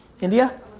India